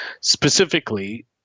Specifically